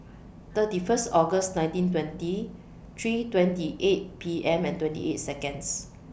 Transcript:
thirty First August nineteen twenty three twenty eight P M and twenty eight Seconds